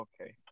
okay